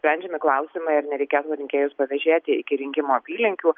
sprendžiami klausimai ar nereikėtų rinkėjus pavėžėti iki rinkimų apylinkių